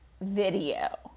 video